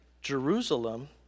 Jerusalem